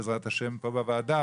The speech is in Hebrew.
בעזרת השם פה בוועדה,